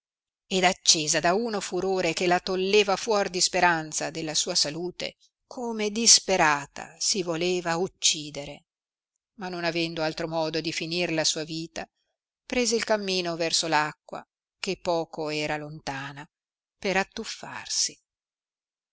ed accesa da uno furore che la tolleva fuor di speranza della sua salute come disperata si voleva uccidere ma non avendo altro modo di finir la sua vita prese il camino verso acqua che poco era lontana per attuffarsi